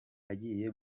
agiye